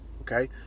okay